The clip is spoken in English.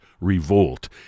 revolt